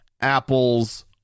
Apple's